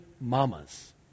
mamas